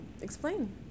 Explain